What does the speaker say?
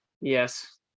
Yes